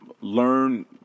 learn